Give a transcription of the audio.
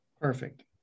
Perfect